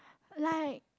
like